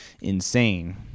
insane